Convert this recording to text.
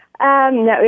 No